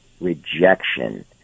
rejection